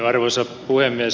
arvoisa puhemies